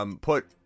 put